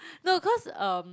no cause um